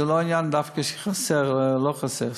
זה לא העניין דווקא, שחסר, לא חסר.